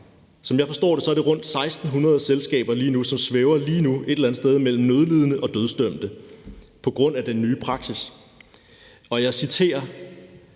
Som jeg forstår det, er det rundt regnet 1.600 selskaber, som lige nu svæver et eller andet sted mellem nødlidende og dødsdømt på grund af den nye praksis. Jeg citerer: